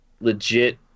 legit